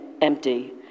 empty